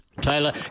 Taylor